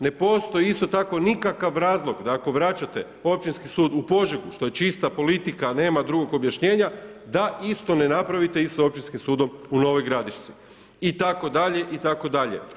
Ne postoji isto tako nikakav razloga da ako vračate Općinski sud u Požegu što je čista politika, a nema drugo objašnjenja da isto ne napravite sa Općinskim sudom u Novoj Gradišci itd. itd.